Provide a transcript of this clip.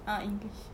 ah english